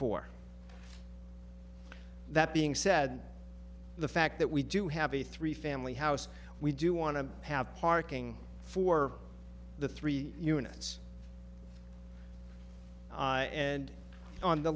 four that being said the fact that we do have a three family house we do want to have parking for the three units and on the